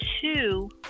two